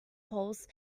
polls